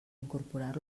incorporar